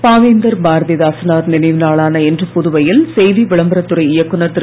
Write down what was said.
பாவேந்தர் பாரதிதாசனார் நினைவு நாளான இன்று புதுவையில் செய்தி விளம்பரத் துறை இயக்குனர் திரு